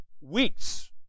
weeks